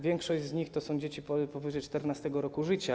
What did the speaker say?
Większość z nich to są dzieci powyżej 14. roku życia.